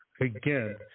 again